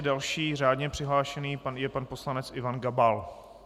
Další řádně přihlášený je pan poslanec Ivan Gabal.